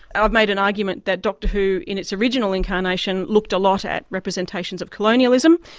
i've made an argument that doctor who in its original incarnation looked a lot at representations of colonialism,